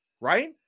Right